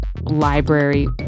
library